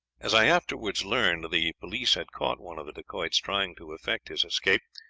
as i afterwards learned, the police had caught one of the dacoits trying to effect his escape,